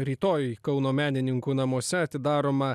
rytoj kauno menininkų namuose atidaroma